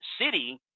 city